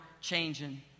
changing